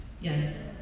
Yes